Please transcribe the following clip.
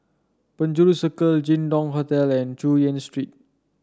Penjuru Circle Jin Dong Hotel and Chu Yen Street